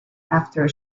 after